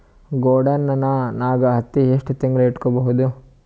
ಗೊಡಾನ ನಾಗ್ ಹತ್ತಿ ಎಷ್ಟು ತಿಂಗಳ ಇಟ್ಕೊ ಬಹುದು?